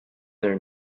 their